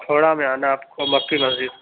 کھوڑا میں آنا ہے آپ کو مکّی مسجد